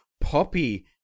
Poppy